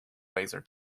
laser